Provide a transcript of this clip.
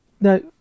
No